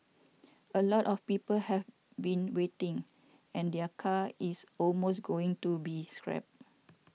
a lot of people have been waiting and their car is almost going to be scrapped